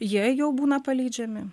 jie jau būna paleidžiami